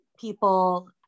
people